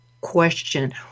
question